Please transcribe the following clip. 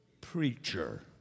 preacher